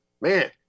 man